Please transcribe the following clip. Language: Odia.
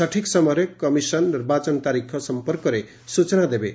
ସଠିକ୍ ସମୟରେ କମିଶନ ନିର୍ବାଚନ ତାରିଖ ସମ୍ପର୍କରେ ସ୍ଚଚନା ଦେବେ